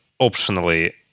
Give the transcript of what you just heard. optionally